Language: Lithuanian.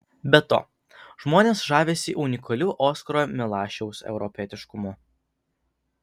be to žmonės žavisi unikaliu oskaro milašiaus europietiškumu